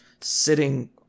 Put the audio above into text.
sitting